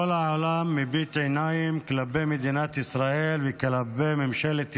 כל העולם מביט בעיניים כלפי מדינת ישראל וכלפי ממשלת ישראל,